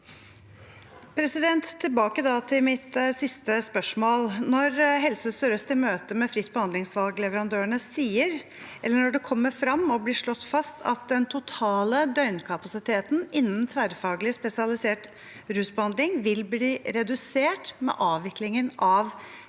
Tone Wilhelmsen Trøen (H) Når Helse Sør-Øst i møte med fritt behandlingsvalg-leverandørene sier – eller det kommer frem og blir slått fast – at den totale døgnkapasiteten innen tverrfaglig spesialisert rusbehandling vil bli redusert med avviklingen av